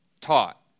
taught